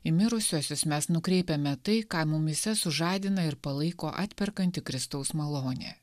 į mirusiuosius mes nukreipiame tai ką mumyse sužadina ir palaiko atperkanti kristaus malonė